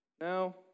Now